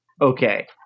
Okay